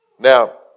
Now